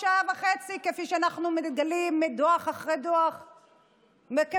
בדרך כלל גם איך להם איך לשלם.